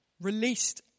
released